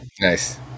Nice